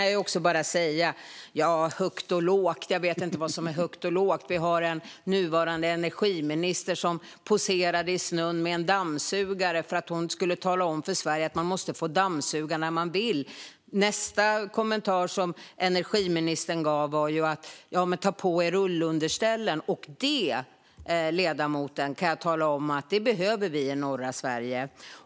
Jag kan säga apropå högt och lågt att jag inte vet vad som är högt och vad som är lågt. Den nuvarande energiministern poserade i snön med en dammsugare för att tala om för Sverige att man måste få dammsuga när man vill. Nästa kommentar från energiministern var: Ta på er ullunderställen! Det kan jag tala om, ledamoten, att vi behöver i norra Sverige.